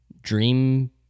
dream